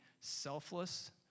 selfless